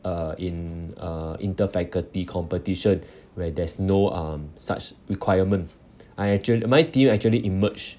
uh in uh interfaculty competition where there's no um such requirement I actually my team actually emerged